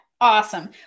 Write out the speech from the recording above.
Awesome